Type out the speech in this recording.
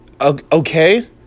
Okay